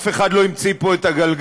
אף אחד לא המציא פה את הגלגל.